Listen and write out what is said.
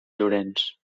llorenç